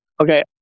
Okay